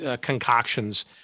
concoctions